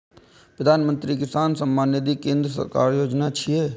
प्रधानमंत्री किसान सम्मान निधि केंद्र सरकारक योजना छियै